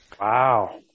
Wow